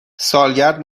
سالگرد